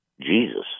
Jesus